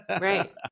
Right